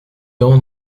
dents